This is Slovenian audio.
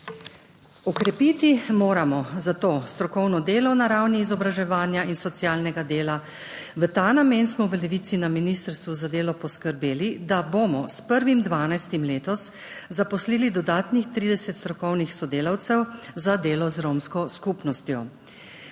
okrepiti strokovno delo na ravni izobraževanja in socialnega dela. V ta namen smo v Levici na ministrstvu za delo poskrbeli, da bomo s 1. 12. letos zaposlili dodatnih 30 strokovnih sodelavcev za delo z romsko skupnostjo.